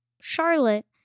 Charlotte